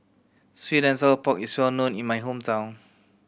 sweet and sour pork is well known in my hometown